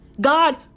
God